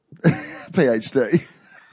PhD